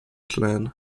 clan